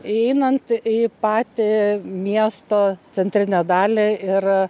įeinant į patį miesto centrinę dalį ir